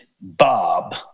Bob